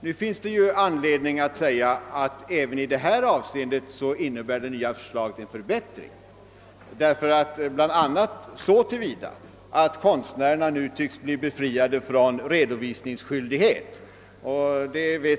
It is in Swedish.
Det finns anledning att framhåila, att det nya förslaget även i detta avseende innebär en förbättring, bl.a. så till vida att konstnärerna nu tycks bli befriade från redovisningsskyldighet.